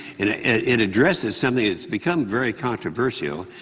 it ah it addresses something that's become very controversial.